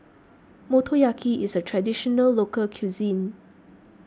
Motoyaki is a Traditional Local Cuisine